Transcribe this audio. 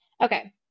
Okay